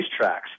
racetracks